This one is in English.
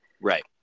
right